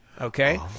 Okay